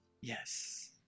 yes